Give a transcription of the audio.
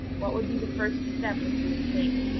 what would be the first step which you would take?